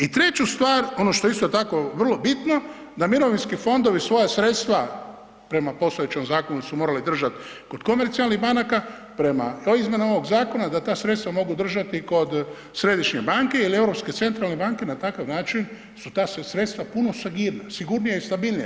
I treću stvar, ono što je isto tako vrlo bitno, da mirovinski fondovi svoja sredstva, prema postojećem zakonu su morali držati kod komercijalnih banaka, prema izmjenama ovog zakona da ta sredstva mogu držati kod središnjih banki ili Europske centralne banke, na takav način su ta sredstva puno sigurnija i stabilnija.